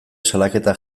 salaketak